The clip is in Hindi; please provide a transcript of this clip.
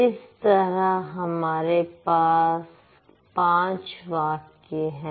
इस तरह हमारे पास पांच वाक्य हैं